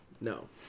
no